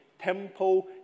temple